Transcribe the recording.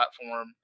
platform